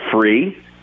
free